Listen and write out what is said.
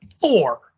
four